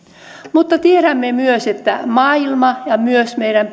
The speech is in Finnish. mutta tiedämme myös että maailman ja myös meidän